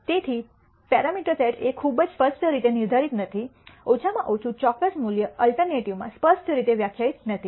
તેથી parameter set એ ખૂબ જ સ્પષ્ટ રીતે નિર્ધારિત નથી ઓછામાં ઓછું ચોક્કસ મૂલ્ય અલ્ટરનેટિવમાં સ્પષ્ટ રીતે વ્યાખ્યાયિત નથી